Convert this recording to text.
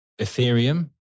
Ethereum